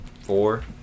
four